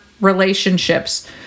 relationships